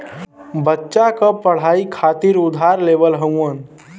बच्चा क पढ़ाई खातिर उधार लेवल हउवन